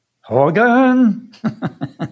Hogan